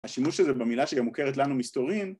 השימוש של זה במילה שגם מוכרת לנו, מסתורין